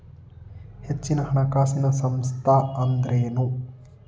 ಹೆಚ್ಚಿನ ಹಣಕಾಸಿನ ಸಂಸ್ಥಾ ಅಂದ್ರೇನು?